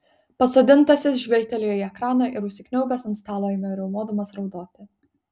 pasodintasis žvilgtelėjo į ekraną ir užsikniaubęs ant stalo ėmė riaumodamas raudoti